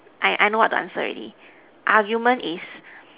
I I know what the answer already argument is